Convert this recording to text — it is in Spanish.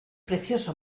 precioso